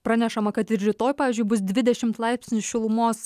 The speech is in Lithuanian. pranešama kad ir rytoj pavyzdžiui bus dvidešimt laipsnių šilumos